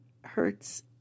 hurts